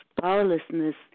powerlessness